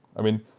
i mean,